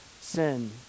sin